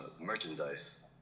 merchandise